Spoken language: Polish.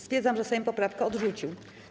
Stwierdzam, że Sejm poprawkę odrzucił.